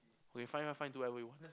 okay fine fine fine do whatever you want